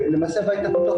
ולמעשה, הבית הפתוח